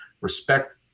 respect